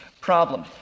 problem